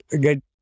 get